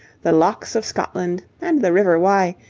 the lochs of scotland, and the river wye,